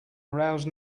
arouse